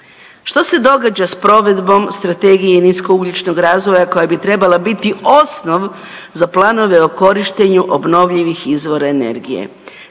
Što se događa s provedbom Strategije niskougljičnog razvoja koja bi trebala biti osnov za planove o korištenju obnovljivih izvora energije.